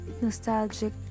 nostalgic